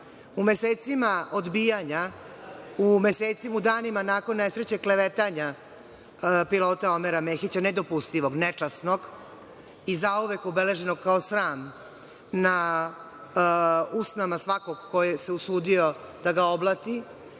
u mesecima odbijanja, u danima nakon nesreće, klevetanja pilota Omera Mehića, nedopustivog, nečasnog i zauvek obeleženog kao sram na usnama svakog koji se usudio da ga oblati.